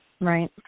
Right